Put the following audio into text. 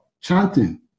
chanting